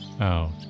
out